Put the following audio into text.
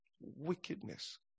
Wickedness